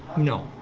no.